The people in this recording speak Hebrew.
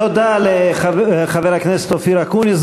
תודה לחבר הכנסת אופיר אקוניס,